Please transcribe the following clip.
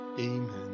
Amen